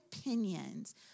opinions